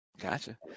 Gotcha